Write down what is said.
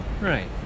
Right